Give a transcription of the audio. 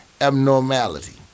abnormality